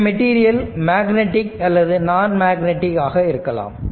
இந்த material magnetic அல்லது nonmagnetic ஆக இருக்கலாம்